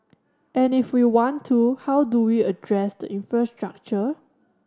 and if we want to how do we address the infrastructure